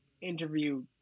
interview